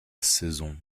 saison